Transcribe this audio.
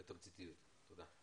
בבקשה.